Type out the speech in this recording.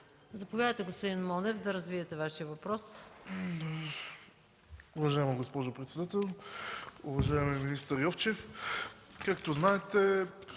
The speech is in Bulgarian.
Заповядайте, господин Монев, да развиете Вашия въпрос.